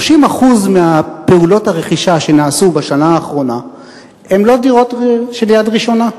30% מפעולות הרכישה שנעשו בשנה האחרונה הן לא דירות ראשונות,